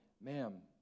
ma'am